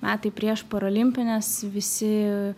metai prieš paralimpines visi